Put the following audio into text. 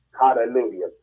Hallelujah